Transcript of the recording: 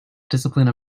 discipline